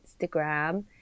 Instagram